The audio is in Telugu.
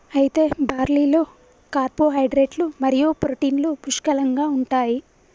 అయితే బార్లీలో కార్పోహైడ్రేట్లు మరియు ప్రోటీన్లు పుష్కలంగా ఉంటాయి